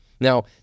Now